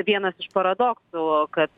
vienas iš paradoksų kad